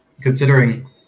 considering